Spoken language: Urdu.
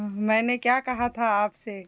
میں نے کیا کہا تھا آپ سے